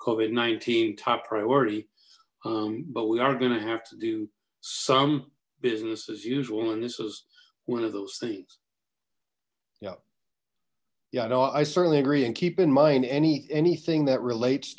and nineteen top priority but we are gonna have to do some business as usual and this is one of those things yeah yeah no i certainly agree and keep in mind any anything that relates